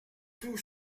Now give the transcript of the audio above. tout